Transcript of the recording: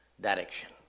direction